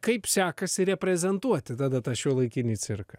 kaip sekasi reprezentuoti tada tą šiuolaikinį cirką